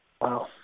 Wow